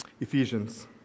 Ephesians